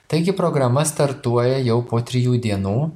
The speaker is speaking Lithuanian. taigi programa startuoja jau po trijų dienų